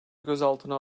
gözaltına